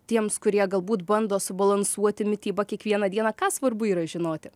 tiems kurie galbūt bando subalansuoti mitybą kiekvieną dieną ką svarbu yra žinoti